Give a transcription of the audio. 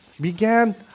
began